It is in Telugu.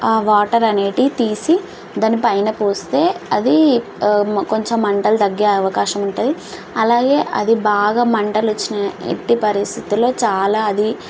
ఆ వాటర్ అనేటివి తీసి దానిపైన పోస్తే అది కొంచెం మంటలు తగ్గే అవకాశం ఉంటది అలాగే అది బాగా మంటలు వచ్చినాయి ఎట్టి పరిస్థితిలో చాలా అది